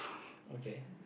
okay